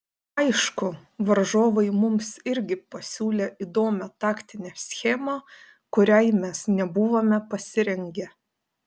aišku varžovai mums irgi pasiūlė įdomią taktinę schemą kuriai mes nebuvome pasirengę